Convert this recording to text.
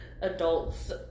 adults